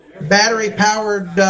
battery-powered